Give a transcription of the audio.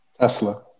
Tesla